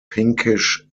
pinkish